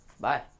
Bye